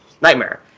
nightmare